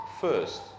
first